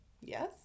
Yes